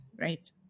Right